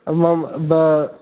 आम् आम्